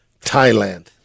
Thailand